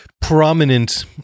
prominent